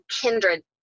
kindred